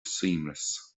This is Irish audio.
suaimhneas